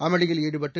அமளியில் ஈடுபட்டு